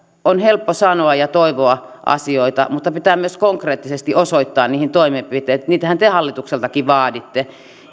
on helppo sanoa ja toivoa asioita mutta pitää myös konkreettisesti osoittaa niihin toimenpiteet niitähän te hallitukseltakin vaaditte